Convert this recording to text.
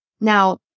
Now